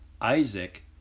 Isaac